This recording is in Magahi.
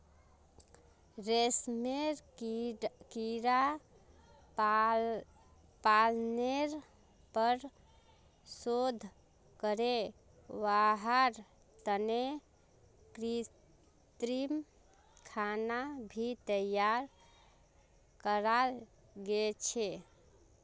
रेशमेर कीड़ा पालनेर पर शोध करे वहार तने कृत्रिम खाना भी तैयार कराल गेल छे